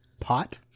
Pot